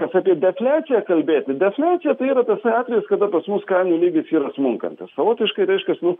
nes apie defliaciją kalbėti defliacija tai yra tas atvejis kada pas mus kainų lygis yra smunkantis savotiškai reiškias nu